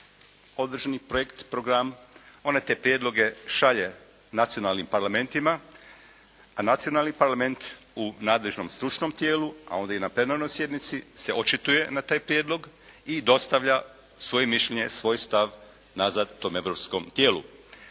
određeni projekt, program, ona te prijedloge šalje nacionalnim parlamentima, a nacionalni parlament u nadležnom stručnom tijelu, a onda i na plenarnoj sjednici se očituje na taj prijedlog i dostavlja svoje mišljenje, svoj stav nazad tom europskom tijelu.